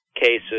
cases